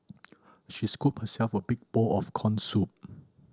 she scooped herself a big bowl of corn soup